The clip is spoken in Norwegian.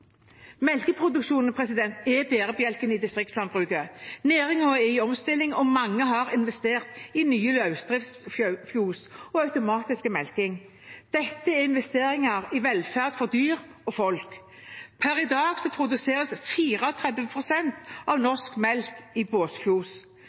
er bærebjelken i distriktslandbruket. Næringen er i omstilling, og mange har investert i nye løsdriftsfjøs og automatisk melking. Dette er investeringer i velferd for dyr og folk. Per i dag produseres 34 pst. av